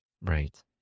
Right